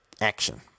Action